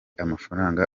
amafaranga